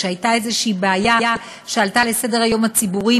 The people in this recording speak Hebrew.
כשאיזו בעיה עלתה לסדר-היום הציבורי,